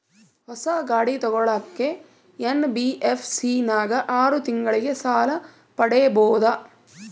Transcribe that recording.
ಹೊಸ ಗಾಡಿ ತೋಗೊಳಕ್ಕೆ ಎನ್.ಬಿ.ಎಫ್.ಸಿ ನಾಗ ಆರು ತಿಂಗಳಿಗೆ ಸಾಲ ಪಡೇಬೋದ?